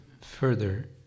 further